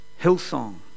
Hillsong